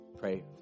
pray